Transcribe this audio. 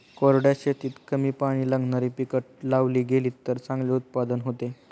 कोरड्या शेतीत कमी पाणी लागणारी पिकं लावली गेलीत तर चांगले उत्पादन होते